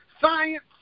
science